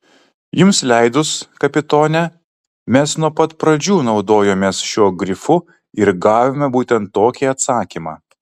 jums leidus kapitone mes nuo pat pradžių naudojomės šiuo grifu ir gavome būtent tokį atsakymą